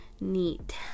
neat